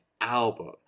album